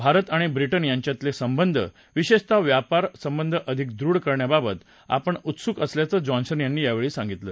भारत आणि ब्रिटन यांच्यातले संबंध विशेषतः व्यापार संबंध अधिक दृढ करण्यावाबत आपण उत्सुक असल्याच जॉन्सन यांनी सांगितलं